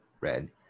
red